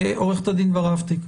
עורכת הדין ורהפטיג.